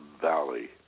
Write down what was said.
valley